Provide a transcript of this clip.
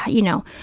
you know,